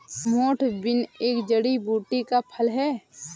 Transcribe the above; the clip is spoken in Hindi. मोठ बीन एक जड़ी बूटी का फल है